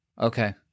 Okay